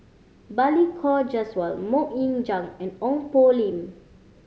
Balli Kaur Jaswal Mok Ying Jang and Ong Poh Lim